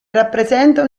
rappresenta